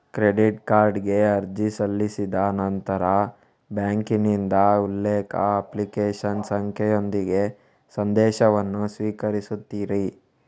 credit ಕಾರ್ಡಿಗೆ ಅರ್ಜಿ ಸಲ್ಲಿಸಿದ ನಂತರ ಬ್ಯಾಂಕಿನಿಂದ ಉಲ್ಲೇಖ, ಅಪ್ಲಿಕೇಶನ್ ಸಂಖ್ಯೆಯೊಂದಿಗೆ ಸಂದೇಶವನ್ನು ಸ್ವೀಕರಿಸುತ್ತೀರಿ